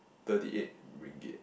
thirty eight ringgit